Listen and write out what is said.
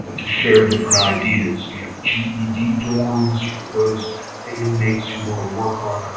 to share different ideas. you have ged dorms for those inmates who want to work on